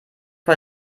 vor